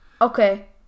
Okay